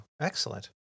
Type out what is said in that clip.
excellent